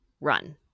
run